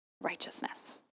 righteousness